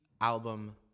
album